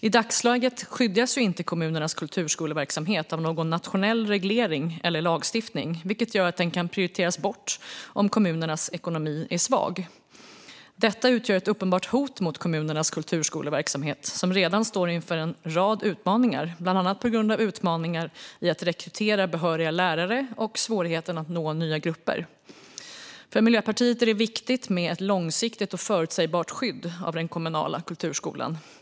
I dagsläget skyddas inte kommunernas kulturskoleverksamhet av någon nationell reglering eller lagstiftning, vilket gör att den kan prioriteras bort om kommunens ekonomi är svag. Detta utgör ett uppenbart hot mot kommunernas kulturskoleverksamhet, som redan står inför en rad utmaningar - bland annat att rekrytera behöriga lärare och svårigheten att nå nya grupper. För Miljöpartiet är det viktigt med ett långsiktigt och förutsägbart skydd av den kommunala kulturskolan.